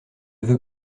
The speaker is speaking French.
veux